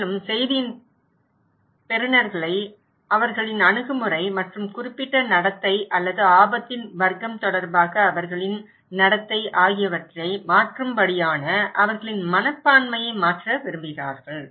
மேலும் செய்தியின் பெறுநர்களை அவர்களின் அணுகுமுறை மற்றும் குறிப்பிட்ட நடத்தை அல்லது ஆபத்தின் வர்க்கம் தொடர்பாக அவர்களின் நடத்தை ஆகியவற்றை மாற்றும்படியான அவர்களின் மனப்பான்மையை மாற்ற விரும்புகிறார்